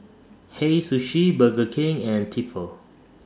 Hei Sushi Burger King and Tefal